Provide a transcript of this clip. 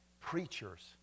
preachers